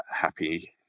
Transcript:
happy